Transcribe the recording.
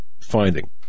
finding